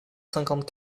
cinquante